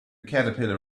caterpillar